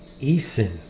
Eason